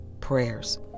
prayers